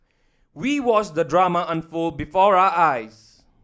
we watched the drama unfold before our eyes